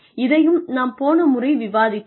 இதையும் நாம் போன முறை விவாதித்தோம்